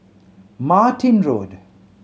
Martin Road